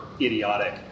idiotic